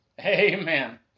Amen